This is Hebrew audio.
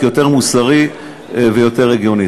יותר מוסרי ויותר הגיוני.